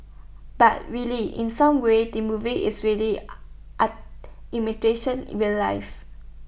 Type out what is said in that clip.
but really in some ways the movie is really A art imitation real life